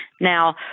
Now